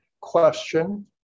question